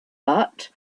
but